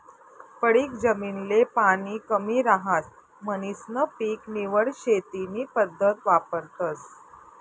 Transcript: पडीक जमीन ले पाणी कमी रहास म्हणीसन पीक निवड शेती नी पद्धत वापरतस